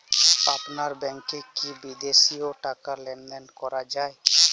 আপনার ব্যাংকে কী বিদেশিও টাকা লেনদেন করা যায়?